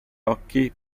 occhi